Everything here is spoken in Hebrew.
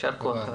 יישר כח.